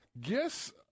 Guess